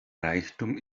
reichtum